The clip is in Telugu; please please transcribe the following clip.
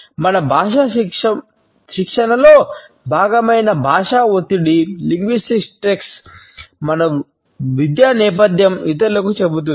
మన భాషా శిక్షణలో భాగమైన భాషా ఒత్తిడి మన విద్యా నేపథ్యం సామాజిక తరగతి గురించి ఇతరులకు చెబుతుంది